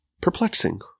perplexing